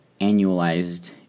annualized